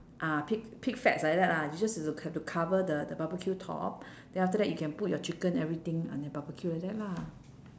ah pig pig fats like that lah you just ha~ have to cover the the barbecue top then after that you can put your chicken everything ah then barbecue like that lah